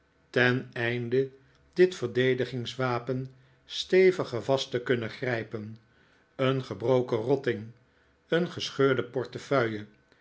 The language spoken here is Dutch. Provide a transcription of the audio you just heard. ten einde dit verdedigingswapen steviger vast te kunnen grijpen een gebroken rotting een gescheurde portefeuille